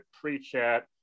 pre-chat